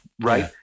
Right